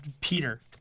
Peter